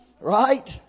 Right